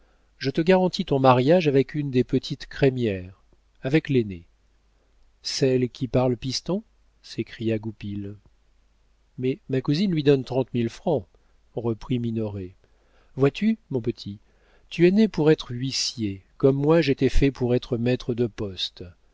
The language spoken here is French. je te garantis ton mariage avec une des petites crémière avec l'aînée celle qui parle piston s'écria goupil mais ma cousine lui donne trente mille francs reprit minoret vois-tu mon petit tu es né pour être huissier comme moi j'étais fait pour être maître de poste